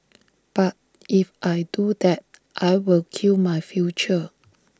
but if I do that I will kill my future